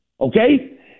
Okay